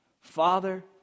Father